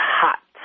hot